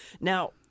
Now